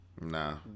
Nah